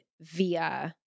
via